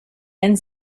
and